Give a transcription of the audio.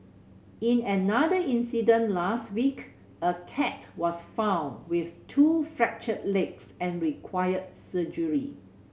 in another incident last week a cat was found with two fractured legs and required surgery